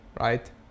right